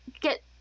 get